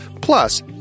Plus